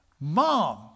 Mom